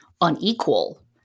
unequal